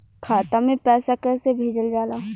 खाता में पैसा कैसे भेजल जाला?